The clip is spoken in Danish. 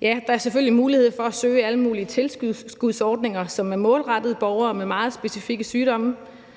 Ja, der er selvfølgelig mulighed for at søge alle mulige tilskudsordninger, som er målrettet borgere med meget specifikke sygdomme,